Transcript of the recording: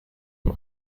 dem